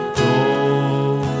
door